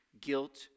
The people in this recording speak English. guilt